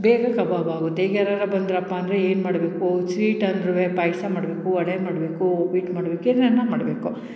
ಬೇಗ ಕಬಾಬ್ ಆಗುತ್ತೆ ಈಗ ಯಾರಾರ ಬಂದರಪ್ಪ ಅಂದರೆ ಏನು ಮಾಡಬೇಕು ಸ್ವೀಟ್ ಆದ್ರೂ ಪಾಯಸ ಮಾಡಬೇಕು ವಡೆ ಮಾಡಬೇಕು ಉಪ್ಪಿಟ್ಟು ಮಾಡಬೇಕು ಎಣ್ಣೆನ ಮಾಡಬೇಕು